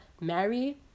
marry